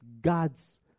God's